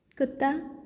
ਕੁੱਤਾ